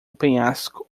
penhasco